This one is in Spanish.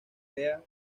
idea